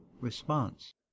response